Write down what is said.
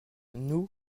nous